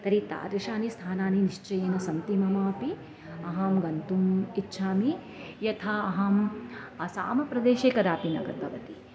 तर्हि तादृशानि स्थानानि निश्चयेन सन्ति ममापि अहं गन्तुम् इच्छामि यथा अहम् असामप्रदेशे कदापि न गतवति